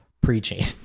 preaching